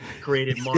created